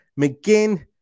McGinn